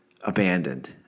abandoned